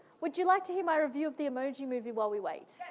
would you like to hear my review of the emoji movie while we wait?